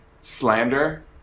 slander